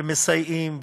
ומסייעים ועוזרים.